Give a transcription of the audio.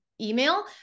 email